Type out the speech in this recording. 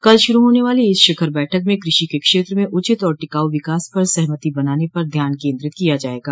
कल शुरू होने वाली इस शिखर बैठक में कृषि के क्षेत्र में उचित और टिकाऊ विकास पर सहमति बनाने पर ध्यान कन्द्रित किया जायेगा